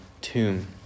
tomb